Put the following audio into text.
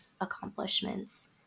accomplishments